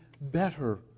better